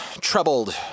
troubled